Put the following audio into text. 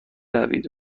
روید